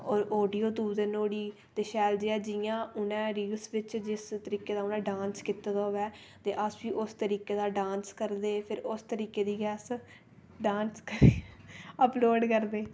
और आडियो तुप्पदे नुहाड़ी ते शैल जेया जि'यां उन्नै रील बिच जिस तरीके दा मतलब डांस कीते दा होऐ ते अस बी उस तरीके दा डांस करदे ते उस तरीके दी गै अस डांस अपलोड करदे